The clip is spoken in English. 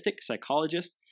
psychologist